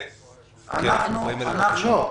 לא,